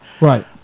Right